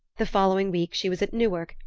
the following week she was at newark,